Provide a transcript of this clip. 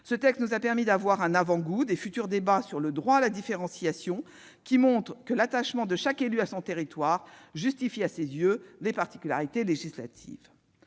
ce texte nous a donné un avant-goût des futurs débats sur le droit à la différenciation, montrant que l'attachement de chaque élu à son territoire justifie à ses yeux des particularités législatives.